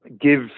give